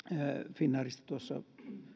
finnairista tuossa